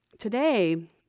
Today